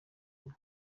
goma